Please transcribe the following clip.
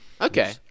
Okay